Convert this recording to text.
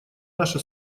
наша